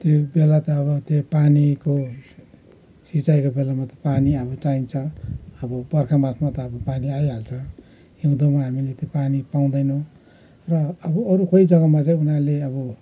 त्यो बेला त अब त्यो पानीको सिँचाइको बेलामा त पानी अब चाहिन्छ अब बर्खामासमा त अब पानी आइहाल्छ हिउँदोमा हामीले त पानी पाउँदैनौँ र अब अरू कोही जग्गामा चाहिँ उनीहरूले अब